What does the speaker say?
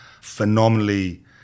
phenomenally